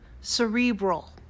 cerebral